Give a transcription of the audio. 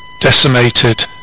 decimated